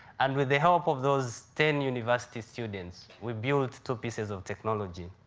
and with the help of those ten university students, we built two pieces of technology.